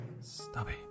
Stubby